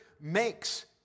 makes